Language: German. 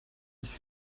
ich